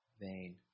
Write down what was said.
vain